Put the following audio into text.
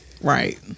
Right